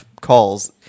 calls